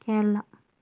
Kerala